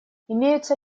имеются